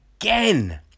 again